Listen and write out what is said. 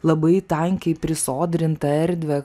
labai tankiai prisodrintą erdvę